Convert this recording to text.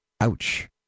Ouch